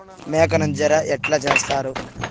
మేక నంజర ఎట్లా సేస్తారు?